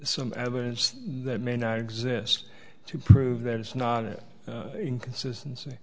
some evidence that may not exist to prove there is not an inconsistency